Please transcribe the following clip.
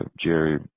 Jerry